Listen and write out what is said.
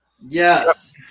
Yes